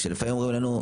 לפעמים אומרים לנו,